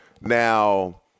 Now